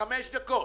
בחמש דקות